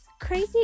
crazy